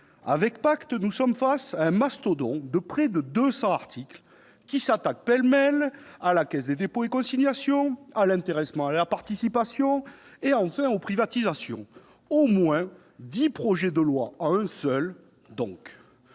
Avec PACTE, nous sommes face à un mastodonte de près de 200 articles, qui s'attaque, pêle-mêle, aux seuils sociaux, à la Caisse des dépôts et consignations, à l'intéressement et la participation, et, enfin, aux privatisations. Au moins dix projets de loi en un seul, donc